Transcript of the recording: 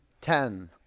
ten